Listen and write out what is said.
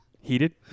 Heated